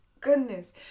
goodness